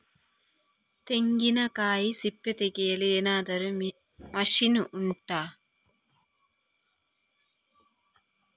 ತೆಂಗಿನಕಾಯಿ ಸಿಪ್ಪೆ ತೆಗೆಯಲು ಏನಾದ್ರೂ ಮಷೀನ್ ಉಂಟಾ